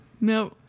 No